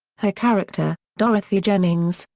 her character, dorothy jennings,